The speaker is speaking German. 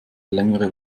längere